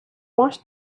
much